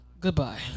goodbye